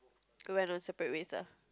go on our separate ways ah